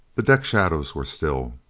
the deck shadows were still.